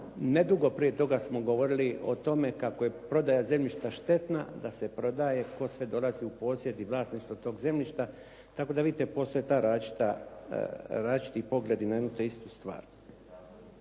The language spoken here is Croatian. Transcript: nedugo prije toga smo govorili o tome kako je prodaja zemljišta štetna da se prodaje, tko sve dolazi u posjed ili vlasništvo tog zemljišta, tako da vidite postoje ta različiti pogledi na jednu te istu stvar.